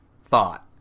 thought